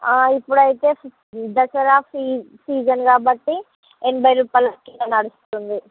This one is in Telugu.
ఇప్పుడైతే దసరా సీ సీజన్ కాబట్టి ఎనభై రూపాయిలకి నడుస్తుంది